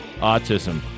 Autism